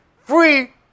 free